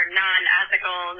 non-ethical